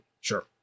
Sure